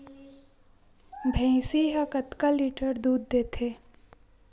भंइसी हा कतका लीटर दूध देथे?